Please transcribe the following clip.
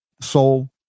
soul